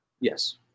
yes